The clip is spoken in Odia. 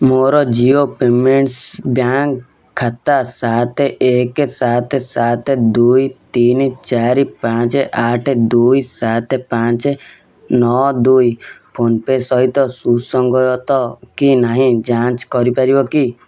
ମୋର ଜିଓ ପେମେଣ୍ଟ୍ସ୍ ବ୍ୟାଙ୍କ ଖାତା ସାତ ଏକ ସାତ ସାତ ଦୁଇ ତିନି ଚାରି ପାଞ୍ଚ ଆଠ ଦୁଇ ସାତ ପାଞ୍ଚ ନଅ ଦୁଇ ଫୋନ୍ ପେ ସହିତ ସୁସଙ୍ଗତ କି ନାହିଁ ଯାଞ୍ଚ କରିପାରିବ କି